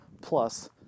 plus